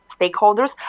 stakeholders